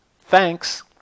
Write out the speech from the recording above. Thanks